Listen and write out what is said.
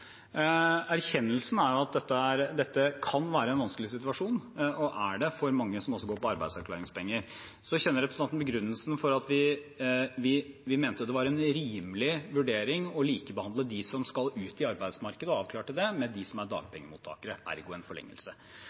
Erkjennelsen er at dette kan være en vanskelig situasjon – og er det – for mange som går på arbeidsavklaringspenger. Så kjenner representanten begrunnelsen for at vi mente det var en rimelig vurdering å likebehandle dem som skal ut i arbeidsmarkedet og er avklart til det, med dem som er dagpengemottakere, ergo en forlengelse.